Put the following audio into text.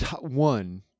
one